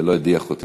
ולא הדיח אותי,